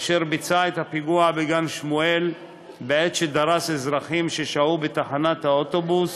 אשר ביצע את הפיגוע בגן-שמואל שבו דרס אזרחים ששהו בתחנת אוטובוס